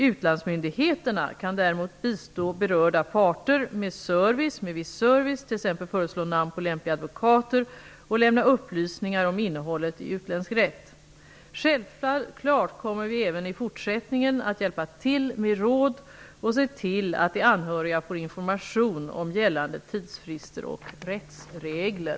Utlandsmyndigheterna kan däremot bistå berörda parter med viss service, t.ex. föreslå namn på lämpliga advokater och lämna upplysningar om innehållet i utländsk rätt. Självklart kommer vi även i fortsättningen att hjälpa till med råd och se till att de anhöriga får information om gällande tidsfrister och rättsregler.